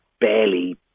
barely